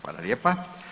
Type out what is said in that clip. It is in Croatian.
Hvala lijepa.